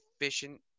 efficient